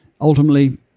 Ultimately